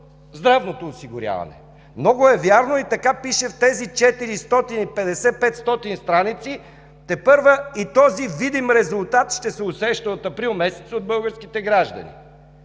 здравното осигуряване. Много е вярно и така пише в тези 450-500 страници. Тепърва и този видим резултат ще се усеща от април месец от българските граждани.